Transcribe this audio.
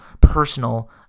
personal